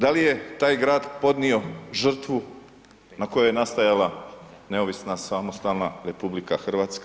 Da li je taj grad podnio žrtvu na kojoj je nastajala neovisna, samostalna RH?